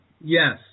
yes